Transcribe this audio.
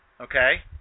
Okay